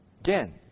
Again